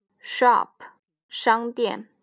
Shop,商店